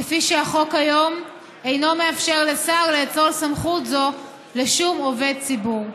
כפי שהחוק היום אינו מאפשר לשר לאצול סמכות זו לשום עובד ציבור.